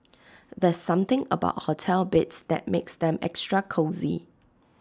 there's something about hotel beds that makes them extra cosy